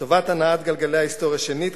לטובת הנעת גלגלי ההיסטוריה שנית,